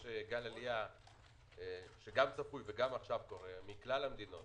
יש גל עלייה שגם צפוי וגם עכשיו קורה מכלל המדינות,